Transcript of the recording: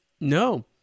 No